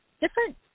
different